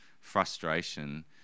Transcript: frustration